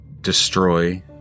destroy